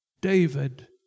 David